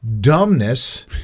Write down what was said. dumbness